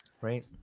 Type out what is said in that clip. Right